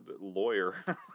lawyer